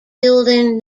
building